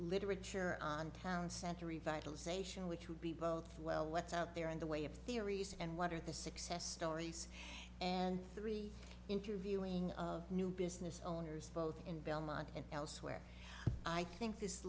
literature on town center revitalisation which would be both well what's out there in the way of theories and what are the success stories and three interviewing of new business owners both in belmont and elsewhere i think this